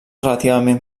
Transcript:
relativament